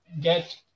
get